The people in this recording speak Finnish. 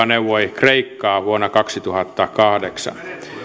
neuvoi kreikkaa vuonna kaksituhattakahdeksan